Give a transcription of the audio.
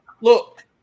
Look